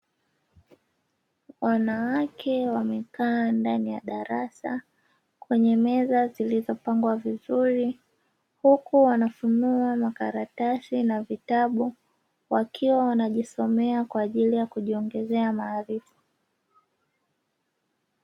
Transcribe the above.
Wanawake wamekaa ndani ya darasa, kwenye meza zilizopangwa vizuri, huku wanafunua makaratasi na vitabu. Wakiwa wanajisomea kwa ajili ya kujiongezea maarifa.